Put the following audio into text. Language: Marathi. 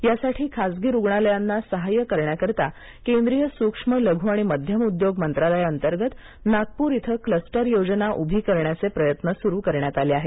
यासाठी खासगी रुग्णालयांना सहाय्य करण्याकरिता केंद्रीय सुक्ष्म लघु आणि मध्यम उद्योग मंत्रालयाअंतर्गत नागपूर इथं क्लस्टर योजना उभी करण्याचे प्रयत्न सुरु करण्यात आले आहेत